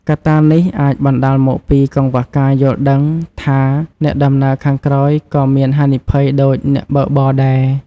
កត្តានេះ អាចបណ្ដាលមកពីកង្វះការយល់ដឹងថា អ្នកដំណើរខាងក្រោយក៏មានហានិភ័យដូចអ្នកបើកបរដែរ។